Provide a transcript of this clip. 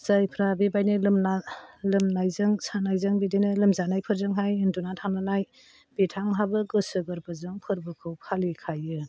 जायफ्रा बेबादिनो लोमना लोमनायजों सानायजों बिदिनो लोमजानाय फोरजोंहाय उन्दुनानै थानांनाय बिथाङाबो गोसो गोरबोजों फोरबोखौ फालिखायो